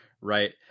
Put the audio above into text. Right